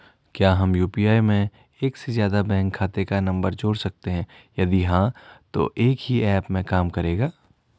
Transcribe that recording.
क्या हम यु.पी.आई में एक से ज़्यादा बैंक खाते का नम्बर जोड़ सकते हैं यदि हाँ तो एक ही ऐप में काम करेगा?